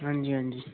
हां जी हां जी